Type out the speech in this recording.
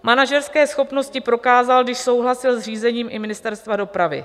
Manažerské schopnosti prokázal, když souhlasil s řízením i Ministerstva dopravy.